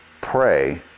pray